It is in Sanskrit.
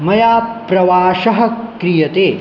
मया प्रवासः क्रियते